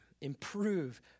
improve